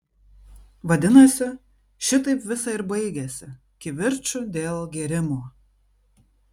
vadinasi šitaip visa ir baigiasi kivirču dėl gėrimo